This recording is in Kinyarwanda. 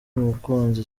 umukunzi